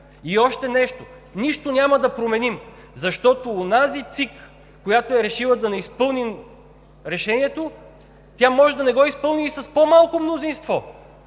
И още нещо, нищо няма да променим, защото онази ЦИК, която е решила да не изпълни решението, тя може да не го изпълни и с по-малко мнозинство.